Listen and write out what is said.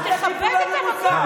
אל תטיפו לנו מוסר.